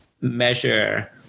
measure